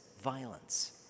violence